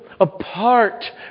apart